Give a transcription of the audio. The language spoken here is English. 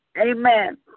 Amen